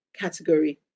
category